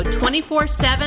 24-7